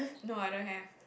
no I don't have